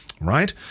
right